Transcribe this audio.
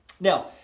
now